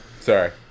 Sorry